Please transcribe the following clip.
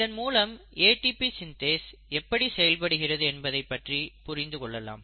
இதன் மூலம் ATP synthase எப்படி செயல்படுகிறது என்பதைப் பற்றி புரிந்து கொள்ளலாம்